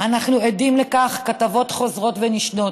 אנחנו עדים לכך בכתבות חוזרות ונשנות,